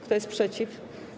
Kto jest przeciw?